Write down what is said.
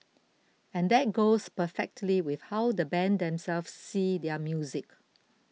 and that goes perfectly with how the band themselves see their music